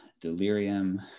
delirium